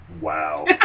Wow